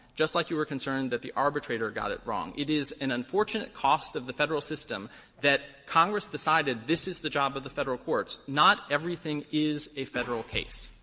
just like you were concerned that the arbitrator got it wrong. it is an unfortunate cost of the federal system that congress decided this is the job of the federal courts. not everything is a federal case.